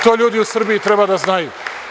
To ljudi u Srbiji treba da znaju.